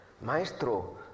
Maestro